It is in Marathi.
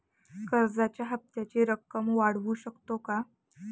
कर्जाच्या हप्त्याची रक्कम वाढवू शकतो का?